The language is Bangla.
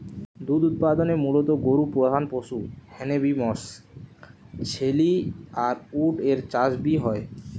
দুধ উতপাদনে মুলত গরু প্রধান পশু হ্যানে বি মশ, ছেলি আর উট এর চাষ বি হয়